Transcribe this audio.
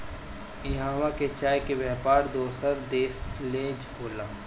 इहवां के चाय के व्यापार दोसर देश ले होला